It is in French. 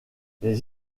les